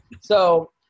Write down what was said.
So-